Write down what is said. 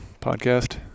podcast